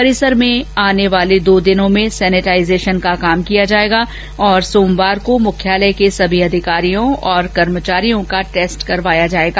परिसर में आने वाले दो दिनों में सेनेटाइजेशन का काम किया जाएगा और सोमवार को मुख्यालय के सभी अधिकारियों और कर्मचारियों का टेस्ट करवाया जाएगा